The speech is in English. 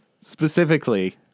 specifically